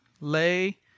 lay